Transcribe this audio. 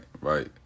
Right